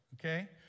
okay